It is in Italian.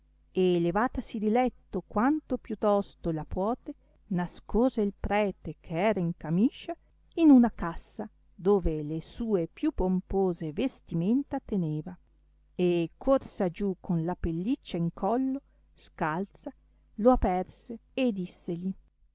e levatasi di letto quanto più tosto la puote nascose il prete che era in camiscia in una cassa dove le sue più pompose vestimenta teneva e corsa giù con la pelliccia in collo scalza lo aperse e dissegli